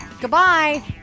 Goodbye